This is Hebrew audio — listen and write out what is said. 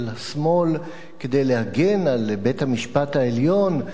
השמאל כדי להגן על בית-המשפט העליון,